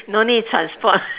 no need transport